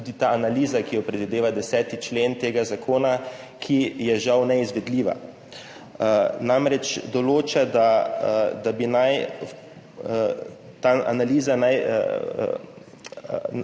analiza, ki jo predvideva 10. člen tega zakona, ki je žal neizvedljiva. Ta člen namreč določa, da bi naj analiza